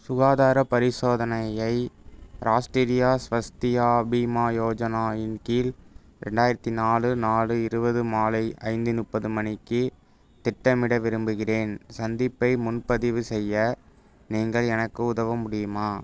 சுகாதாரப் பரிசோதனையை ராஷ்டிரியா ஸ்வஸ்தியா பீமா யோஜனாவின் கீழ் ரெண்டாயிரத்து நாலு நாலு இருபது மாலை ஐந்து முப்பது மணிக்கு திட்டமிட விரும்புகிறேன் சந்திப்பை முன்பதிவு செய்ய நீங்கள் எனக்கு உதவ முடியுமா